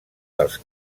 dels